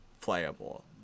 playable